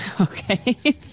Okay